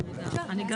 זהו.